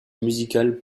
musical